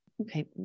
Okay